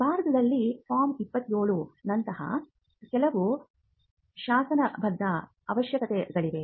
ಭಾರತದಲ್ಲಿ ಫಾರ್ಮ್ 27 ನಂತಹ ಕೆಲವು ಶಾಸನಬದ್ಧ ಅವಶ್ಯಕತೆಗಳಿವೆ